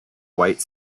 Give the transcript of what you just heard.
white